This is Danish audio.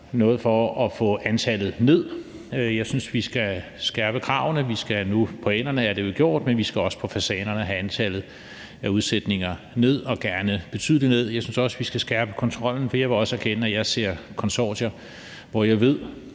noget for at få antallet ned. Jeg synes, vi skal skærpe kravene. For ænderne er det jo gjort, men vi skal også for fasanerne have antallet af udsætninger ned og gerne betydeligt ned. Jeg synes også, vi skal skærpe kontrollen, for jeg vil også erkende, at jeg ser konsortier, hvor jeg ved